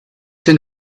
den